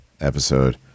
episode